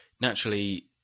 naturally